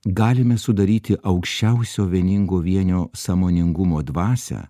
galime sudaryti aukščiausio vieningo vienio sąmoningumo dvasią